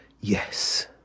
Yes